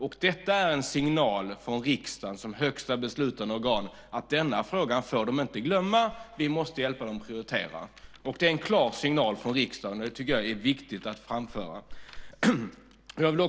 Och detta är en signal från riksdagen som högsta beslutande organ att regeringen inte får glömma denna fråga. Vi måste hjälpa regeringen att prioritera. Det är en klar signal från riksdagen, och det tycker jag är viktigt att framföra.